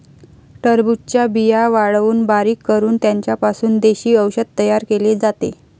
टरबूजाच्या बिया वाळवून बारीक करून त्यांचा पासून देशी औषध तयार केले जाते